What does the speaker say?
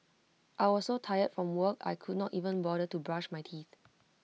I was so tired from work I could not even bother to brush my teeth